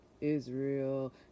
Israel